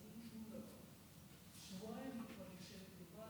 לפני חמש שנים נבחרה הכנסת העשרים,